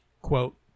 Quote